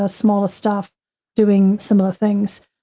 ah smaller staff doing similar things.